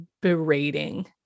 berating